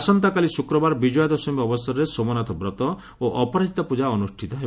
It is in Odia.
ଆସନ୍ତାକାଲି ଶୁକ୍ରବାର ବିଜୟା ଦଶମୀ ଅବସରରେ ସୋମନାଥ ବ୍ରତ ଓ ଅପରାଜିତା ପୂଜା ଅନୁଷ୍ଠିତ ହେବ